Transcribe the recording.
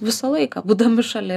visą laiką būdami šalia